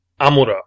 Amura